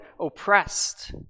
oppressed